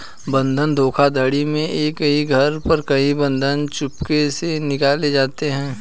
बंधक धोखाधड़ी में एक ही घर पर कई बंधक चुपके से निकाले जाते हैं